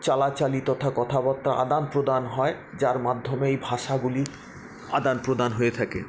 চালাচালি তথা কথা বথা আদানপ্রদান হয় যার মাধ্যমে এই ভাষাগুলি আদানপ্রদান হয়ে থাকে